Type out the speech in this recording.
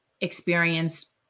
experience